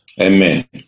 Amen